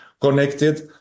connected